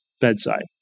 bedside